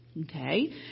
Okay